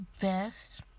best